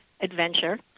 adventure